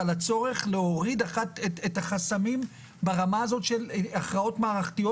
את הצורך להוריד את החסמים ברמה הזאת של הכרעות מערכתיות.